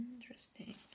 Interesting